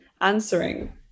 answering